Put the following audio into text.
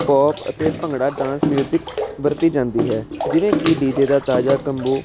pop ਅਤੇ bhangra dance music ਵਰਤੀ ਜਾਂਦੀ ਹੈ ਜਿਵੇਂ ਕਿ ਡੀ ਜੇ ਦਾ ਤਾਜ਼ਾ ਕੰਬੋ